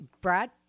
Brad